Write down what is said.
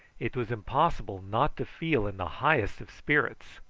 it was impossible not to feel in the highest of spirits.